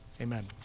amen